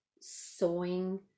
sewing